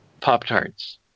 Pop-Tarts